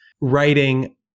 writing